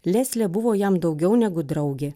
leslė buvo jam daugiau negu draugė